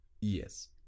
Yes